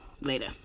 Later